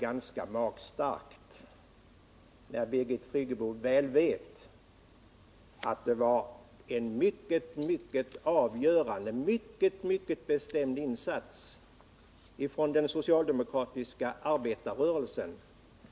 Birgit Friggebo vet mycket väl att det var en mycket avgörande och mycket bestämd insats från den socialdemokratiska arbetarrörelsen som åstadkom denna uppgång.